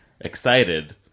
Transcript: excited